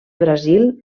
brasil